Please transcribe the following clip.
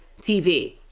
TV